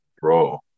bro